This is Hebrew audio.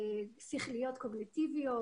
שכליות-קוגניטיביות,